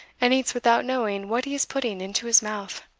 and eats without knowing what he is putting into his mouth.